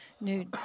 new